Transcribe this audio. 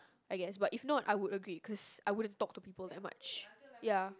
I guess but if not I would agree cause I wouldn't talk to people that much ya